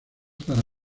para